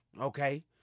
Okay